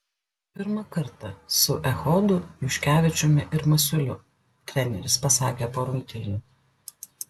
pirmą kartą su echodu juškevičiumi ir masiuliu treneris pasakė po rungtynių